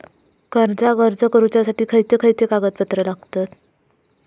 कर्जाक अर्ज करुच्यासाठी खयचे खयचे कागदपत्र लागतत